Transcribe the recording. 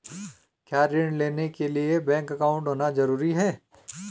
क्या ऋण लेने के लिए बैंक अकाउंट होना ज़रूरी है?